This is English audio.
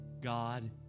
God